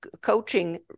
coaching